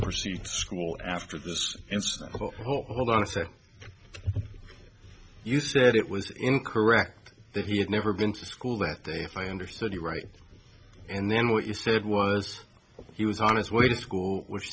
receive school after this incident oh hold on a sec you said it was in correct that he had never been to school that day if i understand you right and then what you said was he was on its way to school which